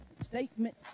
statement